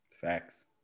Facts